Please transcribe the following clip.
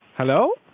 hello?